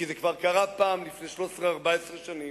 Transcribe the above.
כי זה כבר קרה פעם לפני 13 14 שנים